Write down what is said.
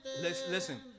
Listen